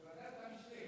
ועדת המשנה.